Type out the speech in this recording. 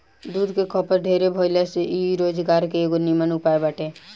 दूध के खपत ढेरे भाइला से इ रोजगार के एगो निमन उपाय बाटे